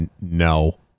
No